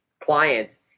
clients